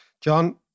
John